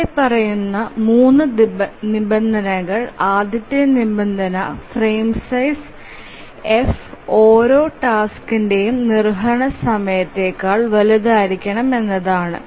താഴെ പറയുന്നതാണ് 3 നിബന്ധനകൾ ആദ്യത്തെ നിബന്ധന ഫ്രെയിം സൈസ് f ഓരോ ടാസ്ക്ന്ടെയും നിർവ്വഹണ സമയത്തേക്കാൾ വലുതായിരിക്കണം എന്നതാണ്